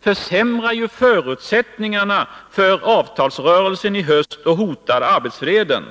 försämrar förutsättningarna för avtalsrörelsen i höst och hotar arbetsfreden.